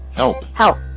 no. how?